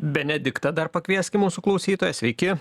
benediktą dar pakvieskim mūsų klausytoją sveiki